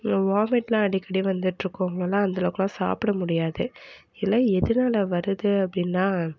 வாமிட்லாம் அடிக்கடி வந்துட்ருக்குறவங்களால் அந்த அளவுக்கெலாம் சாப்பிட முடியாது இதெலாம் எதனால வருது அப்படின்னா